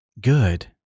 Good